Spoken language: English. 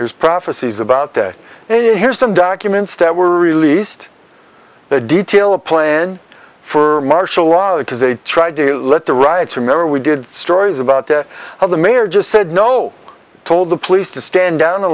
his prophecies about that here's some documents that were released that detail a plan for martial law because they tried to let the riots remember we did stories about the how the mayor just said no told the police to stand down a